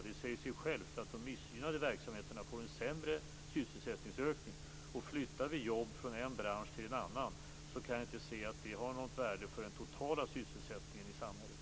Det säger sig självt att de missgynnade verksamheterna får en sämre sysselsättningsökning. Flyttar vi jobb från en bransch till en annan kan jag inte se att det har något värde för den totala sysselsättningen i samhället.